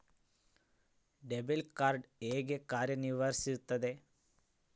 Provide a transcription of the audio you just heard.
Debit card ಹೇಗೆ ಕಾರ್ಯನಿರ್ವಹಿಸುತ್ತದೆ?